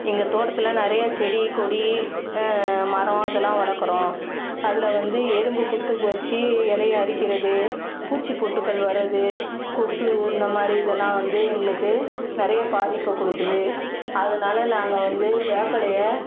எங்கள் தோட்டத்தில் நிறைய செடி கொடி மரம் இதெல்லாம் வளக்கிறோம் அதில் வந்து எறும்பு புற்று வெச்சி இலைய அரிக்கிறது பூச்சி பொட்டுக்கள் வர்றது கொசு இந்தமாதிரி இதெல்லாம் வந்து எங்களுக்கு நிறைய பாதிப்பை கொடுக்குது அதனால் நாங்கள் வந்து வேப்பிலைய